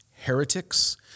Heretics